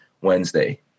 Wednesday